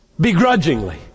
begrudgingly